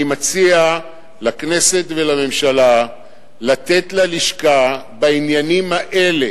אני מציע לכנסת ולממשלה לתת ללשכה, בעניינים האלה,